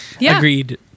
Agreed